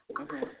Okay